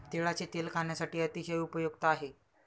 तिळाचे तेल खाण्यासाठी अतिशय उपयुक्त आहे